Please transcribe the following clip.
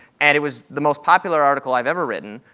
and it was the most popular article i've ever written.